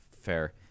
fair